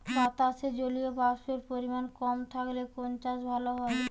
বাতাসে জলীয়বাষ্পের পরিমাণ কম থাকলে কোন চাষ ভালো হয়?